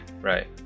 Right